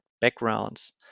backgrounds